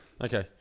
Okay